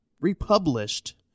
republished